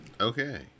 Okay